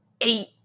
eight